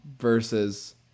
versus